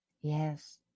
Yes